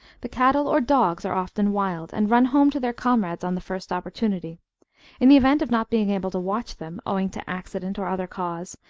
the cattle or dogs are often wild, and run home to their comrades on the first opportunity in the event of not being able to watch them, owing to accident or other cause,